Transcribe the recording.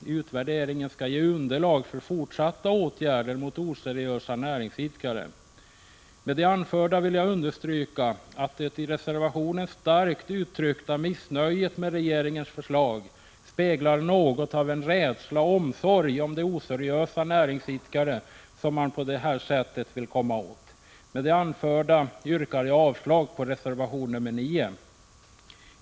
Utvärderingen skall ge underlag för fortsatta åtgärder mot oseriösa näringsidkare. Med det anförda vill jag understryka att det i reservationen starkt uttryckta missnöjet med regeringens förslag speglar något av en rädsla samt präglas av omsorg om de oseriösa näringsidkare som man på det här sättet vill komma åt. Jag yrkar avslag på reservation 9.